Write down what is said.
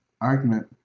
argument